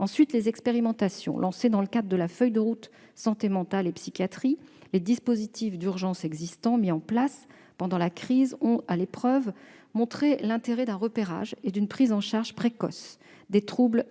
Ensuite, les expérimentations lancées dans le cadre de la feuille de route Santé mentale et psychiatrie et les dispositifs d'urgence existants mis en place pendant la crise ont, à l'épreuve de cette crise, montré l'intérêt d'un repérage et d'une prise en charge précoces des troubles